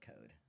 code